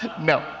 No